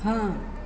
हँ